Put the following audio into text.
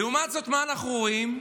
לעומת זאת, מה אנחנו רואים?